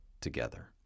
together